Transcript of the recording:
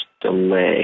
delay